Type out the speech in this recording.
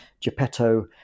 Geppetto